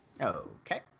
Okay